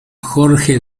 jorge